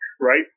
right